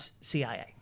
CIA